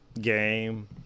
game